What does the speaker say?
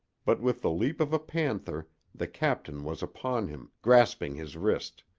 but with the leap of a panther the captain was upon him, grasping his wrist.